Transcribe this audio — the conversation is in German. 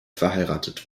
verheiratet